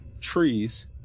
trees